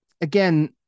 Again